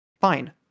Fine